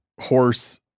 horse